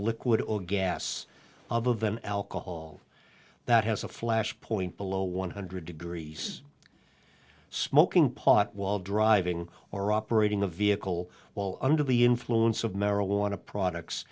liquid or gas of an alcohol that has a flashpoint below one hundred degrees smoking pot while driving or operating a vehicle while under the influence of marijuana products